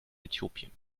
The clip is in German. äthiopien